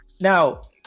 Now